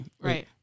Right